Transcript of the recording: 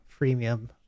freemium